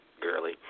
girly